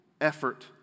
effort